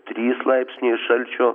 trys laipsniai šalčio